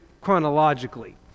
chronologically